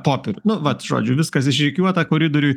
popieriu nu vat žodžiu viskas išrikiuota koridoriuj